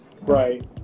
Right